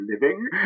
living